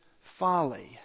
folly